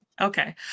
Okay